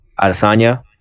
Adesanya